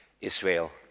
Israel